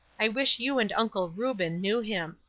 i wish you and uncle reuben knew him.